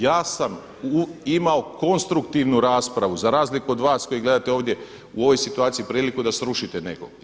Ja sam imao konstruktivnu raspravu za razliku od vas koji gledate ovdje u ovoj situaciju priliku da srušite nekog.